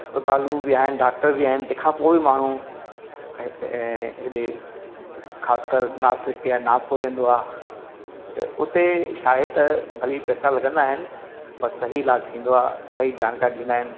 अस्पतालूं बि आहिनि डॉक्टर बि आहिनि तंहिं खां पोइ बि माण्हू ऐं ऐं हेड़े ख़ासि कर नासिक के नागपुर ईंदो आहे त हुते छा आहे त भली पैसा विझंदा आहिनि पर सही इलाजु थींदो आहे सही जानकरी ॾींदा आहिनि